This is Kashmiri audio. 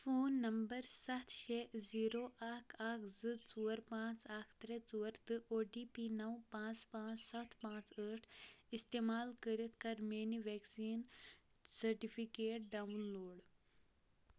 فون نمبر سَتھ شیٚے زیرو اَکھ اَکھ زٕ ژور پانژھ اَکھ ترٛےٚ ژور تہٕ او ٹی پی نو پانژھ پانژھ سَتھ پانژھ ٲٹھ استعمال کٔرِتھ کر میٲنۍ ویکسیٖن سرٹِفکیٹ ڈاوُنلوڈ